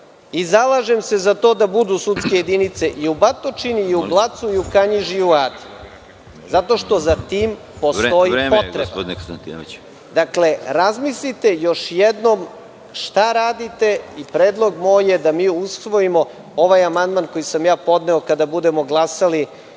i zalažem se za to da budu sudske jedinice i u Batočini i u Blacu i u Kanjiži i u Adi, zato što za tim postoji potreba. Dakle, razmislite još jednom šta radite i moj predlog je da mi usvojimo ovaj amandman koji sam podneo, kada budemo glasali